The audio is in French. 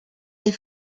des